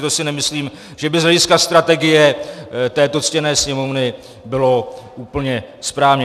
To si nemyslím, že by z hlediska strategie této ctěné Sněmovny bylo úplně správně.